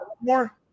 more